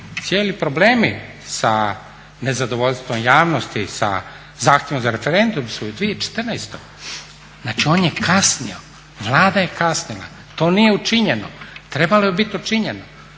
Cijeli problemi sa nezadovoljstvom javnosti, sa zahtjevom za referendum su u 2014., znači on je kasnio, Vlada je kasnila to nije učinjeno trebalo je biti učinjeno.